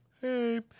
hey